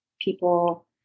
people